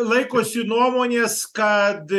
laikosi nuomonės kad